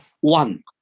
one